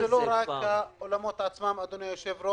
האולמות הם לא רק האולמות עצמם, אדוני היושב-ראש,